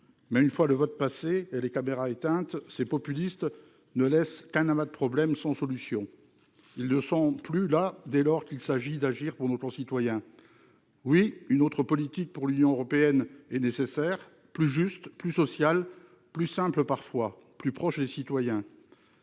Mais, une fois le vote passé et les caméras éteintes, ils ne laissent qu'un amas de problèmes sans solution. Ils ne sont plus là, dès lors qu'il faut agir pour nos concitoyens. Oui, une autre politique pour l'Union européenne, plus juste, plus sociale, plus simple parfois, plus proche des citoyens,